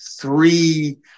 three